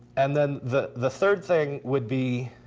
and then the the third thing would be